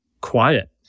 quiet